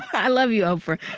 i love you, oprah.